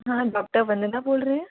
हाँ डॉक्टर वंदना बोल रहे है